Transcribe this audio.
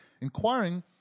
inquiring